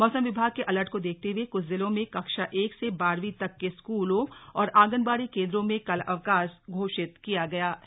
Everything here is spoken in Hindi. मौसम विभाग के अलर्ट को देखते हुए कुछ जिलों में कक्षा एक से बारहवीं तक के स्कूलों और आंगनबाड़ी केंद्रों में कल अवकाश घोषित किया गया है